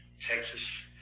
Texas